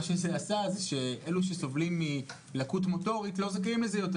מה שזה עשה זה שאלו שסובלים מלקות מוטורית לא זכאים לזה יותר